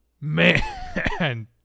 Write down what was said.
man